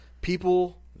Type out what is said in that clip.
People